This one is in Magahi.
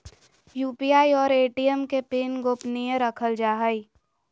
यू.पी.आई और ए.टी.एम के पिन गोपनीय रखल जा हइ